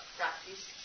practice